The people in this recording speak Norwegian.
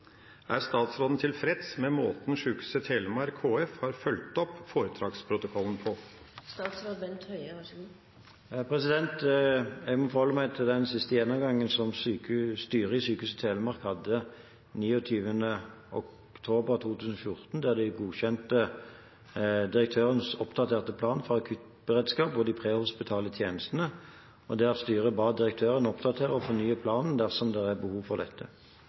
Er statsråden tilfreds med måten Sykehuset Telemark HF har fulgt opp foretaksprotokollen på?» Jeg må forholde meg til den siste gjennomgangen som styret i Sykehuset Telemark hadde 29. oktober 2014, der de godkjente direktørens oppdaterte plan for akuttberedskap og de prehospitale tjenestene, og der styret ba direktøren oppdatere og fornye planen dersom det er behov for dette.